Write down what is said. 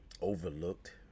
overlooked